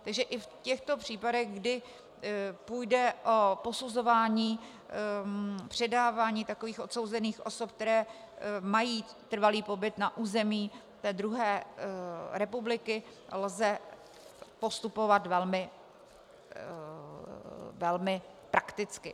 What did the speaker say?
Takže i v těchto případech, kdy půjde o posuzování předávání takových odsouzených osob, které mají trvalý pobyt na území druhé republiky, lze postupovat velmi prakticky.